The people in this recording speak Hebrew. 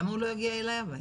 למה הוא לא יגיע אלי הביתה?